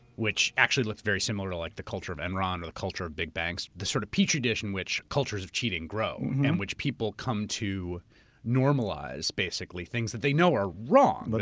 which actually looked very similar to like the culture of enron or the culture of big banks, the sort of petri dish in which cultures of cheating grow, and in which people come to normalize, basically, things that they know are wrong. but